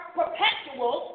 perpetual